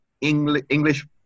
English